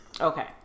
Okay